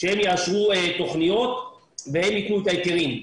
שיאשר תכניות וייתן את ההיתרים.